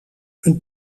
een